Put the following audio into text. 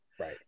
right